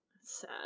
sad